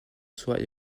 soit